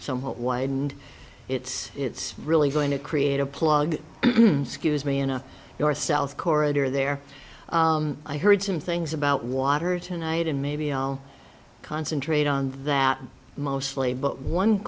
somewhat widened it's it's really going to create a plug scuse me in a north south corridor there i heard some things about water tonight and maybe i'll concentrate on that mostly but one